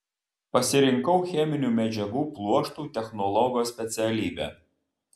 pasirinkau cheminių medžiagų pluoštų technologo specialybę